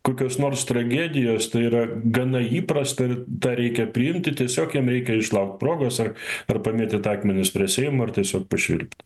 kokios nors tragedijos tai yra gana įprasta ir tą reikia priimti tiesiog reikia išlaukt progos ar ar pamėtyt akmenis prie seimo ar tiesiog pašvilpti